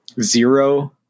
Zero